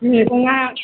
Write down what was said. मैगंआ